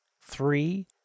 three